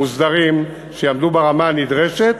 מוסדרים, שיעמדו ברמה הנדרשת